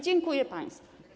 Dziękuję państwu.